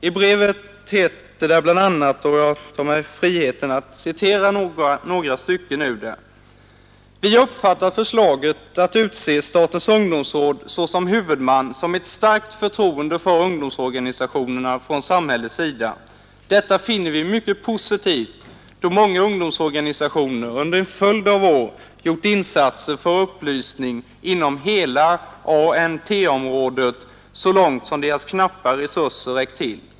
I brevet heter det bl.a.: ”Vi har uppfattat förslaget att utse Statens Ungdomsråd såsom huvudman som ett starkt förtroende för ungdomsorganisationerna från samhällets sida. Detta finner vi mycket positivt då många ungdomsorganisationer under en följd av år gjort insatser för upplysning inom hela ANT-området, så långt som deras knappa resurser räckt till.